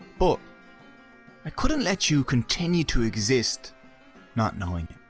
but i couldn't let you continue to exist not knowing